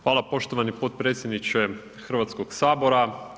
Hvala poštovani potpredsjedniče Hrvatskog sabora.